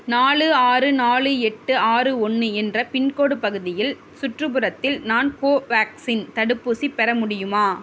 நாலு ஆறு நாலு எட்டு ஆறு ஒன்று என்ற பின்கோடு பகுதியில் சுற்றுப்புறத்தில் நான் கோவேக்சின் தடுப்பூசி பெற முடியுமா